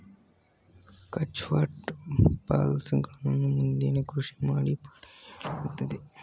cultured pearls ಗಳನ್ನು ಮುತ್ತಿನ ಕೃಷಿ ಮಾಡಿ ಪಡೆಯಲಾಗುತ್ತದೆ